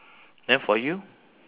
then for you